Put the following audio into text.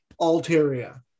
Altaria